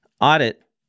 audit